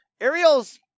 Ariel's